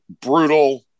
brutal